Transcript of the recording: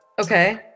Okay